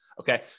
Okay